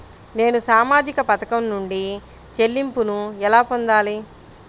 నేను సామాజిక పథకం నుండి చెల్లింపును ఎలా పొందాలి?